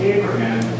Abraham